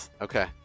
Okay